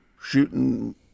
shooting